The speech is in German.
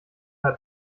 der